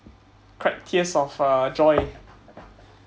cried tears of uh joy